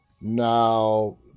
Now